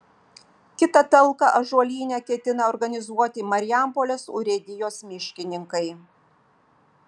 kitą talką ąžuolyne ketina organizuoti marijampolės urėdijos miškininkai